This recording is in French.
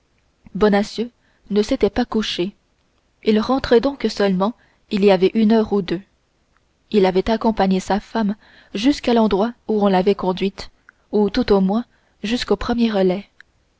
défait bonacieux ne s'était pas couché il rentrait donc seulement il y avait une heure ou deux il avait accompagné sa femme jusqu'à l'endroit où on l'avait conduite ou tout au moins jusqu'au premier relais